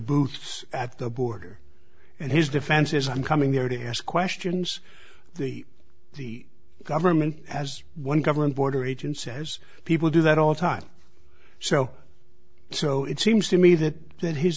boots at the border and his defense is i'm coming there to ask questions the the government as one government border agent says people do that all time so so it seems to me that that his